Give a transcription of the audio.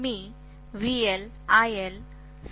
मी हे असे लिहू शकते